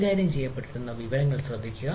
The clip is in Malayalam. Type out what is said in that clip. കൈമാറ്റം ചെയ്യപ്പെടുന്ന വിവരങ്ങൾ ശ്രദ്ധിക്കുക